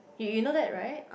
you you know that right